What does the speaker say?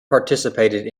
participated